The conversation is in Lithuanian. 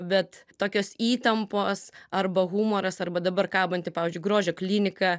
bet tokios įtampos arba humoras arba dabar kabantį pavyzdžiui grožio kliniką